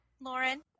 Lauren